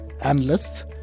analysts